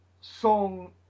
song